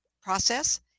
process